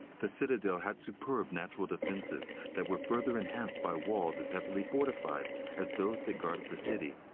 the citadel had superb natural defenses that were further enhanced by walls as heavily fortified as those that guarded the city.